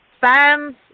fans –